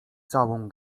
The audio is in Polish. całą